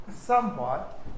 somewhat